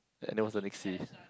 and then what's the next C